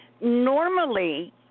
normally